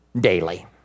daily